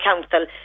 council